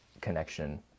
connection